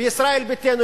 בישראל ביתנו,